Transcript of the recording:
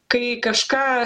kai kažką